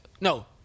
No